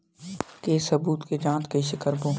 के सबूत के जांच कइसे करबो?